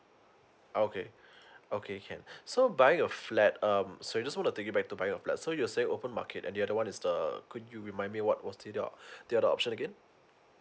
okay okay can so buying a flat um so I just wanna take you back to buying a flat so you're saying open market and the other one is the could you remind me what was it the other option again